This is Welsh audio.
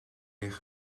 eich